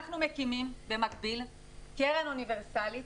אנחנו מקימים במקביל קרן אוניברסלית